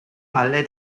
alle